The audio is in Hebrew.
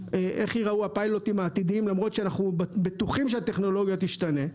איך ייראו הפיילוטים העתידיים למרות שאנחנו בטוחים שהטכנולוגיה תשתנה,